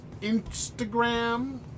Instagram